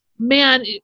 Man